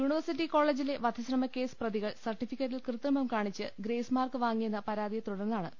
university കോളേജിലെ വധശ്രമക്കേസ് പ്രതികൾ സർട്ടി ഫിക്കറ്റിൽ കൃത്രിമം കാണിച്ച് ഗ്രേസ് മാർക്ക് വാങ്ങിയെന്ന പരാ തിയെ തുടർന്നാണ് പി